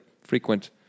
frequent